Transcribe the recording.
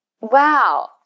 Wow